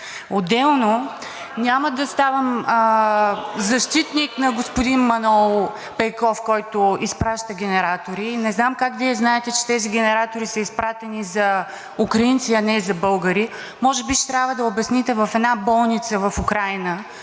Отделно, няма да ставам защитник на господин Манол Пейков, който изпраща генератори. Не знам как Вие знаете, че тези генератори са изпратени за украинци, а не за българи. Може би ще трябва да обясните в една болница в Украйна,